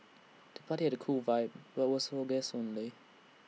the party had A cool vibe but was for guests only